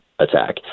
attack